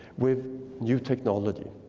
with new technology.